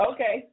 Okay